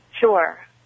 Sure